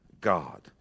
God